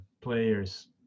players